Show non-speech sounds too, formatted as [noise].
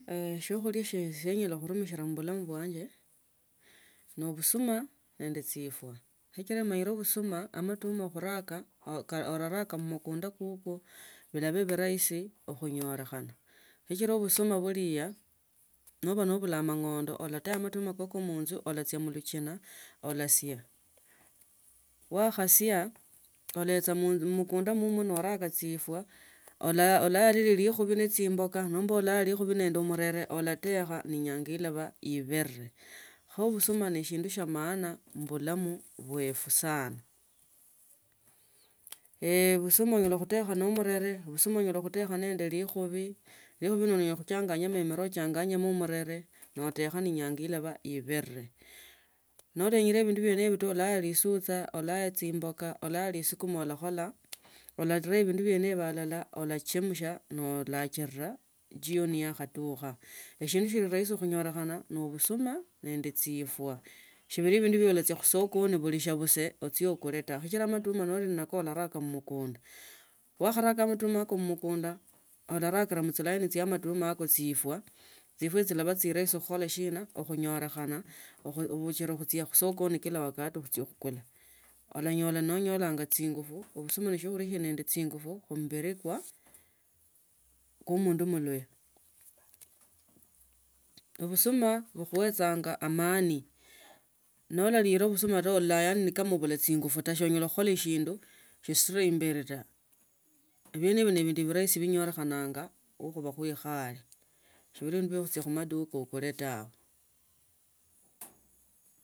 [hesitation] shiokulia shie enyala khurumjshila mu mbulamu bwanye ne obusuma nende chifwa, sichira mbene busuma amatuma khunaka oraraka mmukunda kukwo bila ba bjrahisi okhunyela khana sichila busuma bwa liya noba nobula amangondo olataya matuma ko munzu olachia mubuchina olasia wakhasia olechamunzu mumukanda mumwo norako chifwa olarine chikhubi ne chimboka nomba olaaya lukhubi nende murene olatekha ne enyanga ilabaa ibire kho busuma neshinde shia maana mubulamu bwefu sana. [hesitation] busuma onyala khutokha ne omurene, obasuma anyala khutoka nende likhubi likhubi onyala khachanganya ne emino nachanganyamo munene natokha ineenyanga iba ibirike norenyile obindu biene ibi olaaga lisuchia olaaya chimboka olaaya lisukuma o lakhola olaraa ebindu ibo alala olachimsha no okachina jioni yakhatukha eshindu shili rahisi. Khunyolekhana ne busuma nende chifwa shibili bindu bionyala khuchia khusokani bila sa busie ochie okule taa sichila anatuma mumukunda olarakila muchilaini chia amatuma yako chifwa chifwa chilaba chili rahisi khukhola shina ukhonyelekhana khuchila khuchia khusokoni kila wakati khuchia khukula ulonyola nonyolanga chingufu obusuma nesiokhulia sili nende chingufu ku mubabbiri kwa mundu mwinoyo obusuma bukhuechanga amani nolarile busuma siulila norali nende chingufu taa yani sonyala khukhola sindu sishute imberi taa biene ibo sii bindu birahisi binyolekhananga okhwa khuikale shi bili.